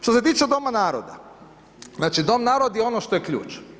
Što se tiče doma naroda, znači dom narod je ono što je ključ.